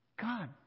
God